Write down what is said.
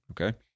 okay